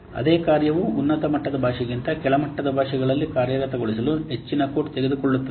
ಅದೇ ಕಾರ್ಯವು ಉನ್ನತ ಮಟ್ಟದ ಭಾಷೆಗಿಂತ ಕೆಳಮಟ್ಟದ ಭಾಷೆಯಲ್ಲಿ ಕಾರ್ಯಗತಗೊಳಿಸಲು ಹೆಚ್ಚಿನ ಕೋಡ್ ತೆಗೆದುಕೊಳ್ಳುತ್ತದೆ